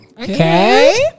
Okay